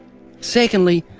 secondly,